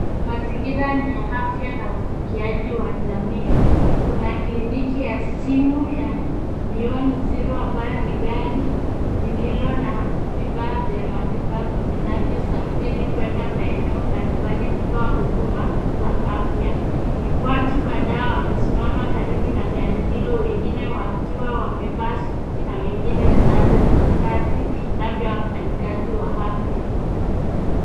Mazingira ni ya afya na upimaji wa jamii. Kuna kliniki ya msimu wa beyond zero ambayo ni gari lililo na vifaa vya matibabu vinavyosafiri kuenda maeneo mbalimbali kutoa huduma za afya. Watu kadhaa wamesimama kando wengine wamevaa suti na wengine sare za kazi labda wafanyikazi wa afya.